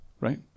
right